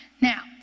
Now